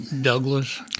Douglas